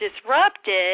disrupted